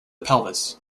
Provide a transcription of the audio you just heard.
pelvis